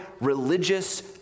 religious